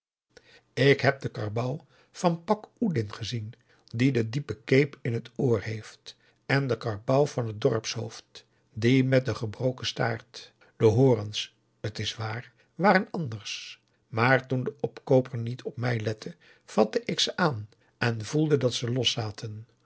ik heb den karbouw van pak oedin gezien die de diepe keep in het oor heeft en den karbouw van het dorpshoofd die met den gebroken staart de horens het is waar waren anders maar toen de opkooper niet op mij lette vatte ik ze aan en voelde dat ze los